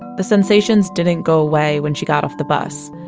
the sensations didn't go away when she got off the bus.